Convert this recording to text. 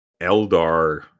Eldar